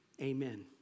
Amen